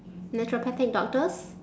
naturopathic doctors